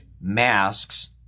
masks